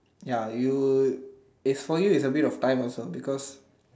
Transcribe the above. ya you is for you is a bit of time also because